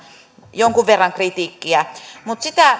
jonkun verran kritiikkiä mutta sitä